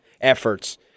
efforts